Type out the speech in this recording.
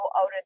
out